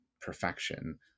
perfection